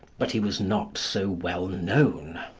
but he was not so well known.